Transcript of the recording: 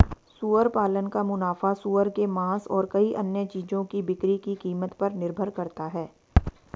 सुअर पालन का मुनाफा सूअर के मांस और कई अन्य चीजों की बिक्री की कीमत पर निर्भर करता है